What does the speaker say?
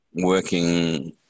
working